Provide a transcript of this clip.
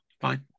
Fine